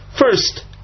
first